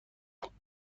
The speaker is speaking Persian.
you